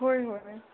होय होय होय